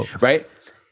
right